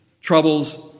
troubles